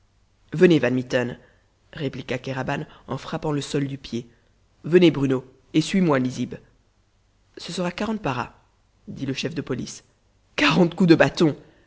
mitten répliqua kéraban en frappant le sol du pied venez bruno et suis-nous nizib ce sera quarante paras dit le chef de police quarante coups de bâton